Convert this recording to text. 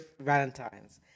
Valentine's